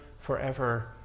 forever